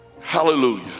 hallelujah